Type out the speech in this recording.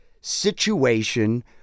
situation